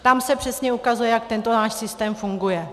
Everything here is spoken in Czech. Tam se přesně ukazuje, jak tento náš systém funguje.